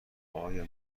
آیا